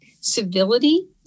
civility